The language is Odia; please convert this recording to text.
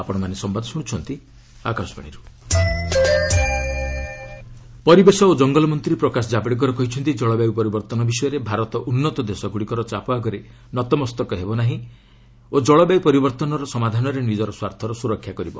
ଆର୍ଏସ୍ କ୍ଲାଇମେଟ୍ ଚେଞ୍ଜ ପରିବେଶ ଓ ଜଙ୍ଗଲ ମନ୍ତ୍ରୀ ପ୍ରକାଶ ଜାଭଡେକର କହିଛନ୍ତି ଜଳବାୟୁ ପରିବର୍ତ୍ତନ ବିଷୟରେ ଭାରତ ଉନ୍ନତ ଦେଶଗୁଡ଼ିକର ଚାପ ଆଗରେ ନତମସ୍ତକ ହେବ ନାହିଁ ଓ ଜଳବାୟ ପରିବର୍ତ୍ତନର ସମାଧାନରେ ନିଜର ସ୍ୱାର୍ଥର ସୁରକ୍ଷା କରିବ